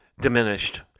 diminished